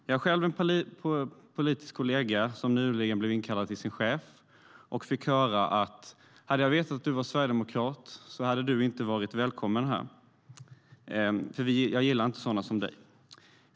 Jag har själv en politisk kollega som nyligen blev inkallad till sin chef och fick höra: Hade jag vetat att du var sverigedemokrat hade du inte varit välkommen här, för jag gillar inte sådana som du.